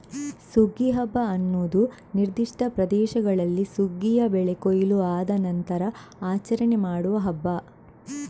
ಸುಗ್ಗಿ ಹಬ್ಬ ಅನ್ನುದು ನಿರ್ದಿಷ್ಟ ಪ್ರದೇಶಗಳಲ್ಲಿ ಸುಗ್ಗಿಯ ಬೆಳೆ ಕೊಯ್ಲು ಆದ ನಂತ್ರ ಆಚರಣೆ ಮಾಡುವ ಹಬ್ಬ